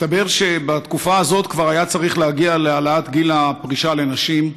מסתבר שבתקופה הזאת כבר היה צריך להגיע להעלאת גיל הפרישה לנשים.